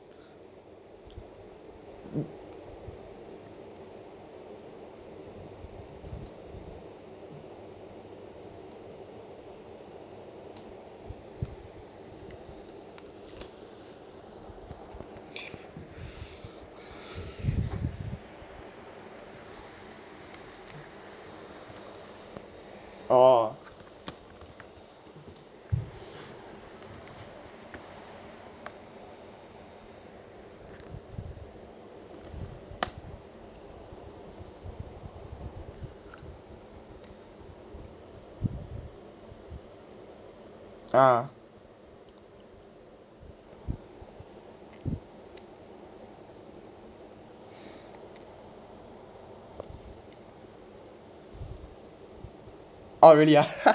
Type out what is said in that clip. orh ah orh really ah